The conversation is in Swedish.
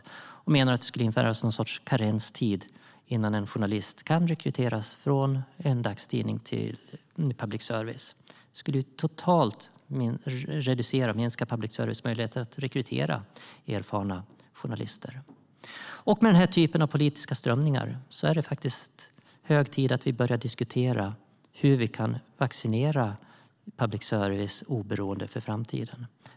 Hon menar att det skulle införas någon sorts karenstid innan en journalist kan rekryteras från en dagstidning till public service. Det skulle ju totalt minska public services möjlighet att rekrytera erfarna journalister. Med den här typen av politiska strömningar är det faktiskt hög tid att vi börjar diskutera hur vi kan vaccinera public services oberoende för framtiden.